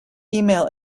email